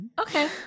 Okay